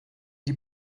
die